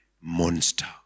Monster